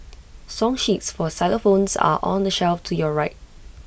song sheets for xylophones are on the shelf to your right